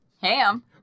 Ham